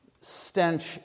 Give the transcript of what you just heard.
stench